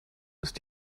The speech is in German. ist